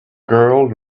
girl